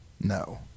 No